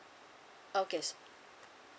okay